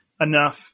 enough